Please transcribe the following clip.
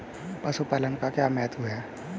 पशुपालन का क्या महत्व है?